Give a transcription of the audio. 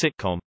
sitcom